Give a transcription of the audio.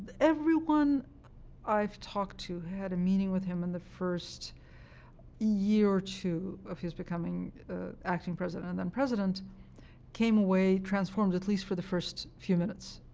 everyone i've talked to had a meeting with him in the first year or two of his becoming acting president and then president came away transformed, at least for the first few minutes.